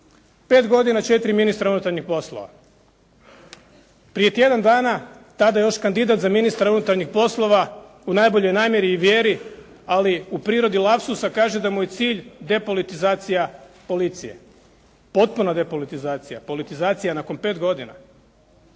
Pet godina četiri ministra unutarnjih poslova. Prije tjedan dana, tada još kandidat za ministra unutarnjih poslova u najboljoj namjeri i vjeri ali u prirodi lapsusa kaže da mu je cilj depolitizacija policije, potpuna depolitizacija, politizacija nakon pet godina.